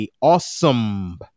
awesome